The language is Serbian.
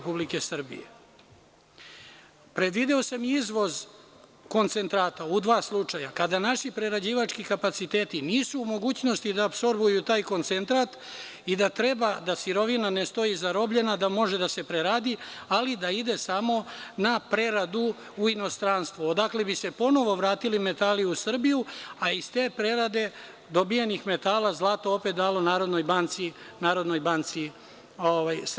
Predvideo sam i izvoz koncentrata u dva slučaja – kada naši prerađivački kapaciteti nisu u mogućnosti da apsorbuju taj koncentrat i da treba da sirovina ne stoji zarobljena, da može da se preradi, ali da ide samo na preradu u inostranstvo, odakle bi se ponovo vratili metali u Srbiju, a iz te prerade dobijenih metala zlato opet dalo NBS.